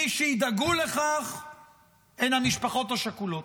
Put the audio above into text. מי שידאגו לך הם המשפחות השכולות.